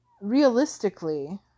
realistically